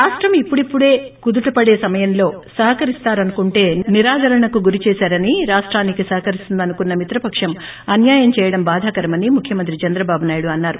రాష్టం ఇప్పుడిప్పుడే కుదుటపడే సమయంలో సహకరిస్తారనుకుంటే నిరాదరణకు గురిచేశారని రాష్షానికి సహాకరిస్తుందనుకున్న మిత్రపక్షం అన్యాయం చేయడం బాధాకరమని ముఖ్యమంత్రి చంద్రబాబు నాయుడు అన్నారు